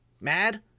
mad